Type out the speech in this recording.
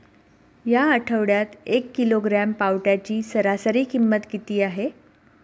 या आठवड्यात एक किलोग्रॅम पावट्याची सरासरी किंमत किती आहे?